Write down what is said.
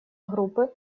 группы